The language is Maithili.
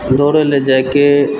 दौड़य लए जाइके